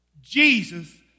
Jesus